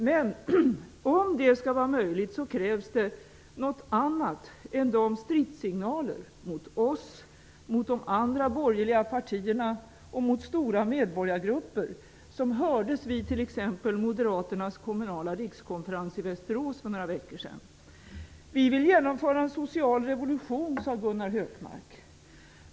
Men för att detta skall vara möjligt krävs det något annat än de stridssignaler mot oss, mot de andra borgerliga partierna och mot stora medborgargrupper som hördes vid t.ex. Moderaternas kommunala rikskonferens i Västerås för några veckor sedan. Vi vill genomföra en social revolution, sade Gunnar Hökmark.